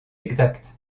exacts